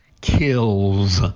kills